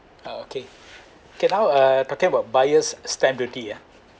okay can now uh talking about buyer's stamp duty ah